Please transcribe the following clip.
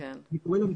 אני קורא לזה,